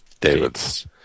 David's